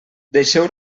deixeu